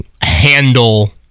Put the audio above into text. handle